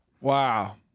Wow